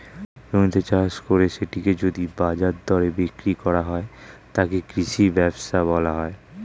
জমিতে চাষ করে সেটিকে যদি বাজার দরে বিক্রি করা হয়, তাকে কৃষি ব্যবসা বলা হয়